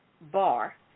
bar